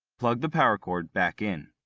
plug the power cord back in.